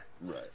Right